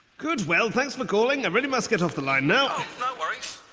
good, well, thanks for calling, i really must get off the line now. no worries.